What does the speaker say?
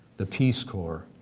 the peace corps,